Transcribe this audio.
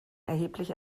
erheblich